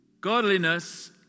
Godliness